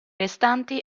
restanti